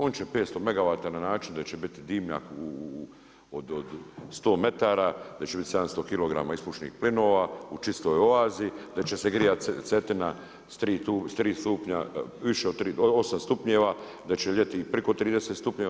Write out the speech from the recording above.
On će 500 megawata, na način da će biti dimnjak od 100 metara, da će biti 700 kg ispušnih plinova u čistoj oazi, da će se grijati Cetina s 3 stupnja više, 8 stupnjeva, da će ljeti preko 30 stupnjeva.